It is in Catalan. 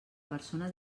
persona